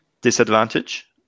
disadvantage